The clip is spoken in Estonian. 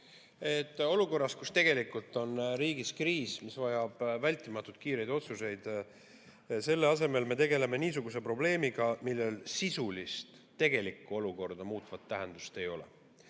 Olukorras, kus tegelikult on riigis kriis, mis vajab vältimatult kiireid otsuseid, me tegeleme niisuguse probleemiga, millel sisulist, olukorda tegelikult muutvat tähendust ei ole.